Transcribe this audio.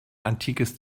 antikes